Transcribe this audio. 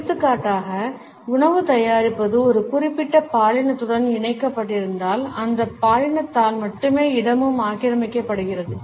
எடுத்துக்காட்டாக உணவு தயாரிப்பது ஒரு குறிப்பிட்ட பாலினத்துடன் இணைக்கப்பட்டிருந்தால் அந்த பாலினத்தால் மட்டுமே இடமும் ஆக்கிரமிக்கப்படுகிறது